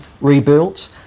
rebuilt